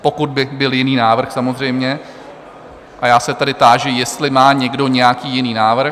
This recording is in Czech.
Pokud by byl jiný návrh samozřejmě, a já se tedy táži, jestli má někdo nějaký jiný návrh?